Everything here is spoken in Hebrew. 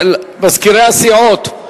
מזכירי הסיעות.